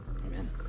amen